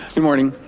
good morning,